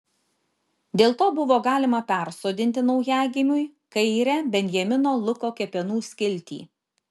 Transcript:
dėl to buvo galima persodinti naujagimiui kairę benjamino luko kepenų skiltį